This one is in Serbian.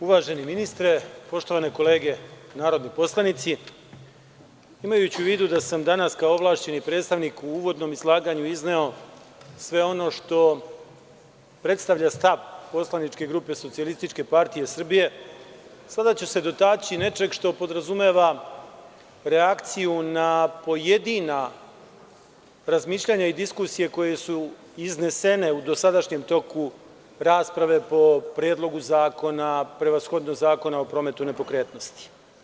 Uvaženi ministre, poštovane kolege narodni poslanici, imajući u vidu da sam danas kao ovlašćeni predstavnik u uvodnom izlaganju izneo sve ono što predstavlja stav poslaničke grupe SPS, sada ću se dotaći nečega što podrazumeva reakciju na pojedina razmišljanja i diskusije koje su iznesene u dosadašnjem toku rasprave, prevashodno po Predlogu zakona o prometu nepokretnosti.